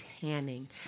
tanning